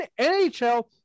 NHL –